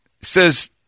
says